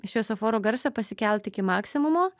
šviesoforų garsą pasikelt iki maksimumo